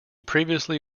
previously